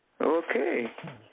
Okay